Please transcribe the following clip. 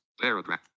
paragraph